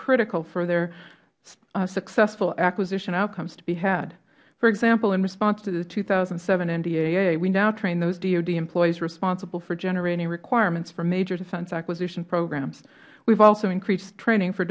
critical for their successful acquisition outcomes to be had for example in response to the two thousand and seven ndaa we now train those dod employees responsible for generating requirements for major defense acquisition programs we have also increased training for